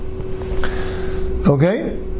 Okay